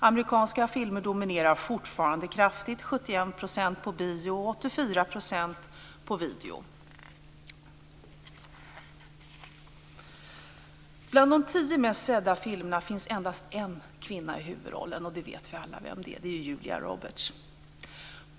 Amerikanska filmer dominerar fortfarande kraftigt - 71 % på bio och 84 % på video. Bland de tio mest sedda filmerna finns endast en kvinna i huvudrollen, och vi vet alla att det är Julia Roberts.